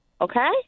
Okay